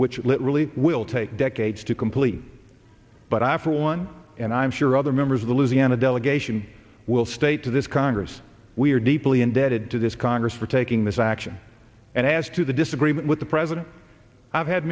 which it really will take decades to complete but i for one and i'm sure other members of the louisiana delegation will state to this congress we are deeply indebted to this congress for taking this action and as to the disagreement with the president i've had